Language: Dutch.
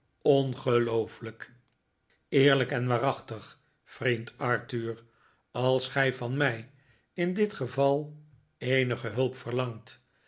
ongeloofelijk eerlijk en waarachtig vriend arthur als gij van mij in dit geval eenipe hulp verlangt